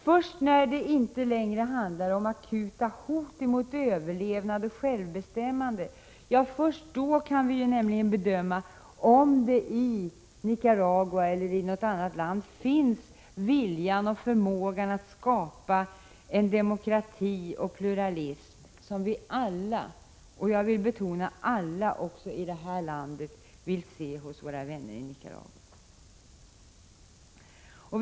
Först när det inte längre handlar om akuta hot mot överlevnad och mot självbestämmande kan vi bedöma om det i Nicaragua — eller i något annat land — finns vilja och förmåga att skapa den demokrati och pluralism som vi allai det här landet vill se hos våra vänner i Nicaragua.